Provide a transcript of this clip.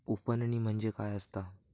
उफणणी म्हणजे काय असतां?